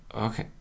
Okay